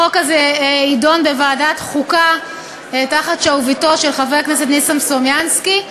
החוק הזה יידון בוועדת חוקה תחת שרביטו של חבר הכנסת ניסן סלומינסקי,